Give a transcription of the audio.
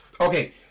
Okay